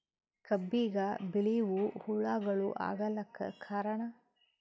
ಕಬ್ಬಿಗ ಬಿಳಿವು ಹುಳಾಗಳು ಆಗಲಕ್ಕ ಕಾರಣ?